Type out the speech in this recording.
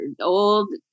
old